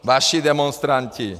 Vaši demonstranti!